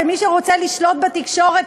של מי שרוצה לשלוט בתקשורת,